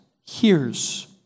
hears